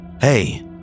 hey